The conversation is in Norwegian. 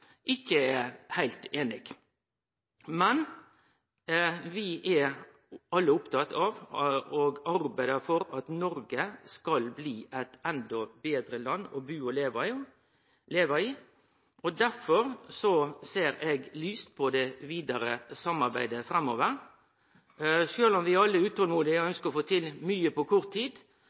ikkje er heilt einige. Men vi er alle opptatt av å arbeide for at Noreg skal bli eit endå betre land å bu og leve i. Derfor ser eg lyst på det vidare samarbeidet framover. Sjølv om vi alle er utolmodige og ønskjer å få til mykje på kort tid,